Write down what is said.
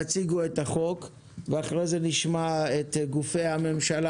יציגו את החוק ואחרי זה נשמע את גופי הממשלה